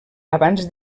abans